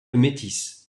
métis